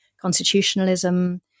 constitutionalism